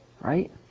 Right